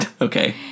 Okay